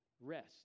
Rest